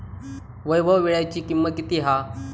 वैभव वीळ्याची किंमत किती हा?